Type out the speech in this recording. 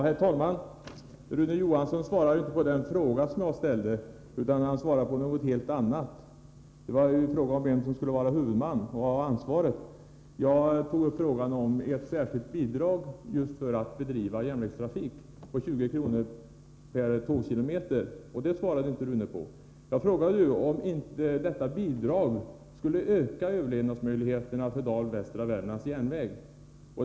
Herr talman! Rune Johansson svarade inte på den fråga jag ställde, utan han talade om någonting helt annat, nämligen om vem som skulle vara huvudman och ha ansvaret. Jag tog upp frågan om ett särskilt bidrag på 20 kr. per tågkilometer för att bedriva just järnvägstrafik. Jag frågade om inte detta bidrag skulle öka överlevnadsmöjligheterna för Dal-Västra Värmlands järnväg.